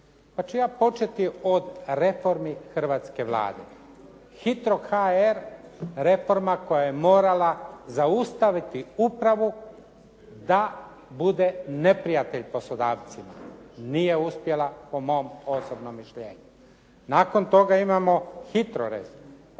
Pa ću ja početi od reformi hrvatske Vlade. Hitro.hr reforma koja je morala zaustaviti upravu da bude neprijatelj poslodavcima. Nije uspjela po mom osobnom mišljenju. Nakon toga imamo hitro.rez.